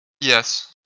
Yes